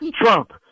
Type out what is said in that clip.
trump